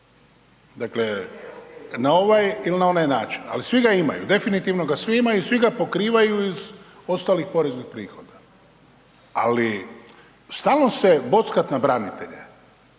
Dakle, na ovaj ili na onaj način, ali svi ga imaju, definitivno ga svi imaju i svi ga pokrivaju iz ostalih poreznih prihoda. Ali, stalno se bockat na branitelje,